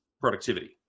productivity